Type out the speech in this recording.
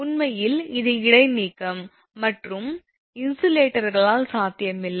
உண்மையில் இது இடைநீக்கம் மற்றும் இன்சுலேட்டர்களால் சாத்தியமில்லை